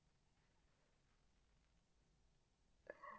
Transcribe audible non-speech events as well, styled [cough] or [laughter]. [breath]